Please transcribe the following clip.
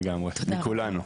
לגמרי, מכולנו.